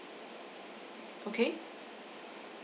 okay